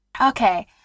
Okay